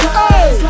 hey